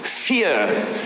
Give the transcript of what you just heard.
fear